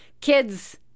kids